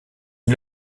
ils